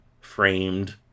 framed